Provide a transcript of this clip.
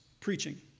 preaching